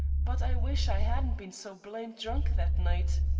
but i wish i adn't bin so blamed drunk that night.